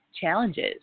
challenges